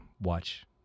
watch